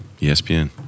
ESPN